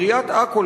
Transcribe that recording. עיריית עכו,